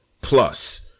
plus